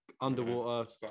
underwater